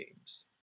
games